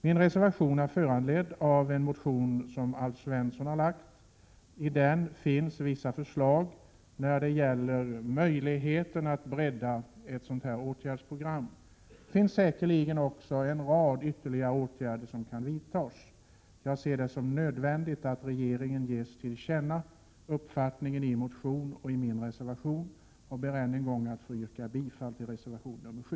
Min reservation är föranledd av en motion som Alf Svensson har lagt fram. I den finns vissa förslag till möjligheter att bredda ett sådant här åtgärdsprogram. Det finns säkerligen också en rad ytterligare åtgärder som kan vidtas. Jag ser det som nödvändigt att regeringen ges till känna uppfattningen i motionen och i min reservation, och jag ber än en gång att få yrka bifall till reservation 7.